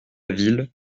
ville